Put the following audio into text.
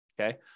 okay